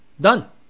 Done